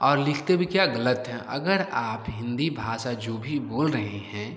और लिखते भी क्या ग़लत हैं अगर आप हिन्दी भाषा जो भी बोल रहे हैं